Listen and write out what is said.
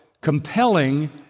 compelling